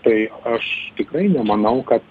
tai aš tikrai nemanau kad